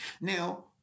Now